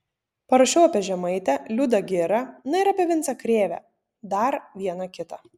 parašiau apie žemaitę liudą girą na ir apie vincą krėvę dar vieną kitą